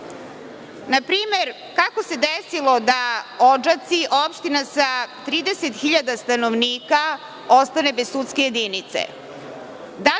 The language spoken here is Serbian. Na primer, kako se desilo da Odžaci, opština sa 30.000 stanovnika, ostane bez sudske jedinice?